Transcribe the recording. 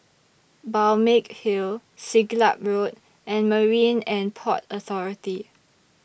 Balmeg Hill Siglap Road and Marine and Port Authority